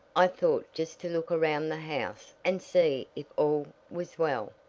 i thought just to look around the house and see if all was well.